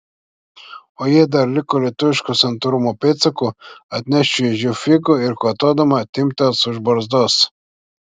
o jei dar liko lietuviško santūrumo pėdsakų atneš šviežių figų ir kvatodama timptels už barzdos